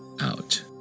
out